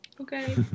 Okay